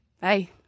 hey